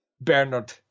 Bernard